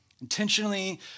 intentionally